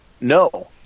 No